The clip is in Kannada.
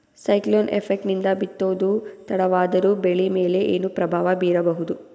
ಸೈಕ್ಲೋನ್ ಎಫೆಕ್ಟ್ ನಿಂದ ಬಿತ್ತೋದು ತಡವಾದರೂ ಬೆಳಿ ಮೇಲೆ ಏನು ಪ್ರಭಾವ ಬೀರಬಹುದು?